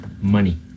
money